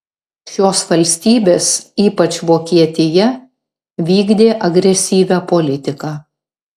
šios valstybės ypač vokietija vykdė agresyvią politiką